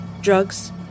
Drugs